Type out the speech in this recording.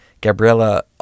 Gabriella